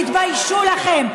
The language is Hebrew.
תתביישו לכם.